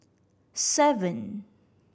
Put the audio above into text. seven